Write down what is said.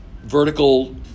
vertical